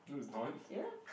no it's not